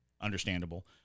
understandable